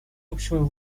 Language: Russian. общему